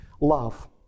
love